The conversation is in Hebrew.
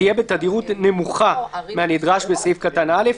תהיה בתדירות נמוכה מהנדרש בסעיף קטן (א),